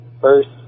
first